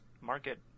market